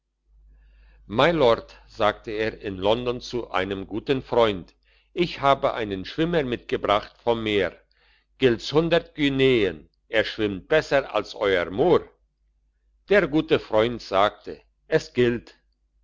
mylord sagte er in london zu einem guten freund ich habe einen schwimmer mitgebracht vom meer gilt's hundert guineen er schwimmt besser als euer mohr der gute freund sagte es gilt